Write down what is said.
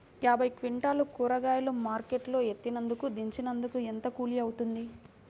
యాభై క్వింటాలు కూరగాయలు మార్కెట్ లో ఎత్తినందుకు, దించినందుకు ఏంత కూలి అవుతుంది?